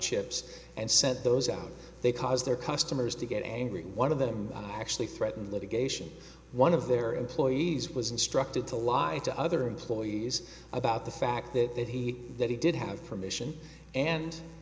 chips and sent those out they caused their customers to get angry one of them actually threatened litigation one of their employees was instructed to lie to other employees about the fact that he that he did have permission and